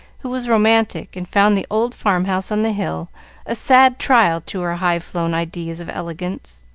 who was romantic, and found the old farmhouse on the hill a sad trial to her high-flown ideas of elegance.